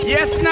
Yes